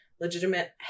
legitimate